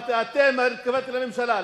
אמרתי "אתם", אני התכוונתי לממשלה.